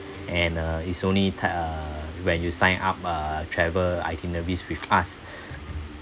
and uh is only uh when you sign up uh travel itineraries with us